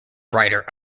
writer